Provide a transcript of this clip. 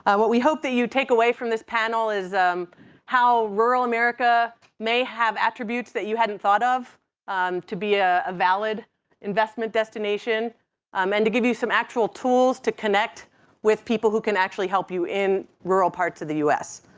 and what we hope that you take away from this panel is how rural america may have attributes that you hadn't thought of um to be a valid investment destination um and to give you some actual tools to connect with people who can actually help you in rural parts of the us.